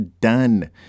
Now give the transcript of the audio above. done